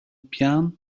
pian